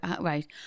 right